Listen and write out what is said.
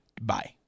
bye